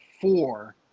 four